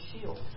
shield